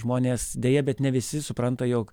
žmonės deja bet ne visi supranta jog